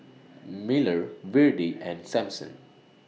Miller Virdie and Sampson